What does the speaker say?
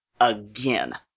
again